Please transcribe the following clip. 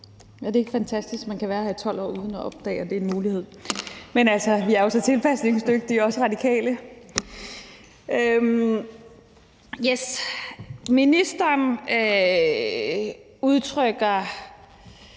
det ikke fantastisk, at man kan være her i 12 år uden at opdage, at det er en mulighed? Men altså, vi Radikale er jo så tilpasningsdygtige. Yes. Ministeren giver